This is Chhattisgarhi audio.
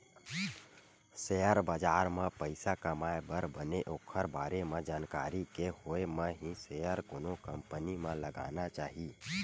सेयर बजार म पइसा कमाए बर बने ओखर बारे म जानकारी के होय म ही सेयर कोनो कंपनी म लगाना चाही